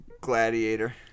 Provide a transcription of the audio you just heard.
Gladiator